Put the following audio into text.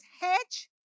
hedge